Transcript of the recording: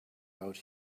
out